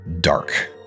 dark